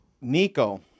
Nico